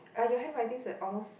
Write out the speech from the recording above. uh your handwriting is almost